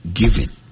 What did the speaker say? giving